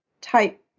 type